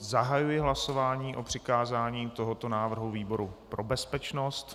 Zahajuji hlasování o přikázání tohoto návrhu výboru pro bezpečnost.